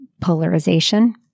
polarization